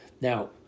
Now